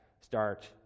start